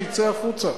שיצא החוצה.